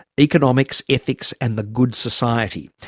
economics, ethics and the good society.